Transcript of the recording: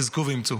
חזקו ואמצו.